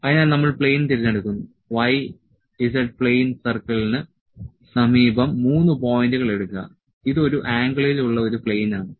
അതിനാൽ നമ്മൾ പ്ലെയിൻ തിരഞ്ഞെടുക്കുന്നു y z പ്ലെയിൻ സർക്കിളിന് സമീപം 3 പോയിന്റുകൾ എടുക്കുക ഇത് ഒരു ആംഗിളിൽ ഉള്ള ഒരു പ്ലെയിൻ ആണ്